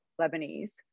Lebanese